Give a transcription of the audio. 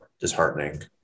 disheartening